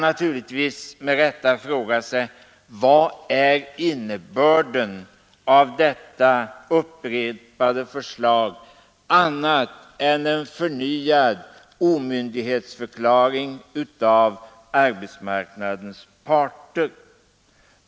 Vad är innebörden av detta upprepade förslag annat än en förnyad omyndighetsförklaring av arbetsmarknadens parter!